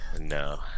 No